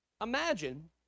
Imagine